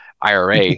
IRA